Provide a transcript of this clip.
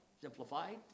Simplified